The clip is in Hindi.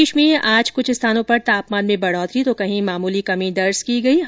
प्रदेश में आज कुछ स्थानों पर तापमान में बढ़ोतरी तो कहीं मामूली कमी दर्ज की गई है